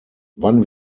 wann